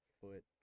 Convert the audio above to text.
foot